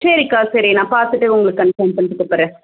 சரிக்கா சரி நான் பார்த்துட்டு உங்களை கன்ஃபார்ம் பண்ணிகிட்டு கூப்பிடுறேன்